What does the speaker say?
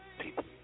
people